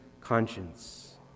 conscience